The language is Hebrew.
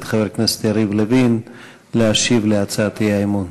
חבר הכנסת יריב לוין להשיב על הצעת האי-אמון.